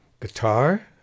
guitar